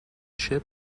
chip